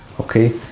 okay